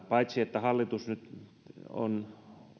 paitsi että hallitus nyt on